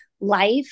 life